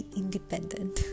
independent